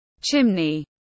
Chimney